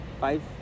five